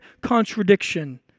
contradiction